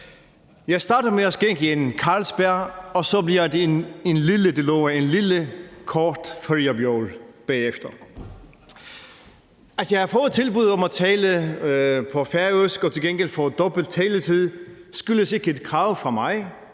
Jeg starter med at skænke en Carlsberg, og så bliver det en lille – det lover jeg – kort Föroya Bjór bagefter. At jeg har fået tilbuddet om at tale på færøsk og til gengæld får dobbelt taletid, skyldes ikke et krav fra mig,